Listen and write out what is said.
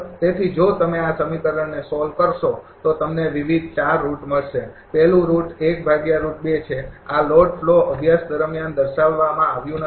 તેથી જો તમે આ સમીકરણને સોલ્વ કરશો તો તમને વિવિધ ૪ રુટ મળશે પહેલું રુટ ૧ ભાગ્યા રુટ ૨ છે આ લોડ ફ્લો અભ્યાસ દરમિયાન દર્શાવવામાં આવ્યું નથી